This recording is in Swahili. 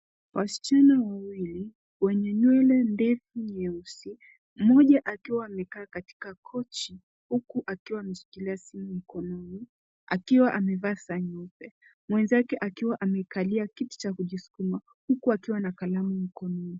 Wasichana wawili wenye nywele ndefu nyeusi, moja akiwa amekaa katika kochi huku akiwa ameshikilia simu mkononi akiwa amevaa saa nyeupe. Mwenzake akiwa amekalia kiti cha kujiskuma huku akiwa na kalamu mkononi.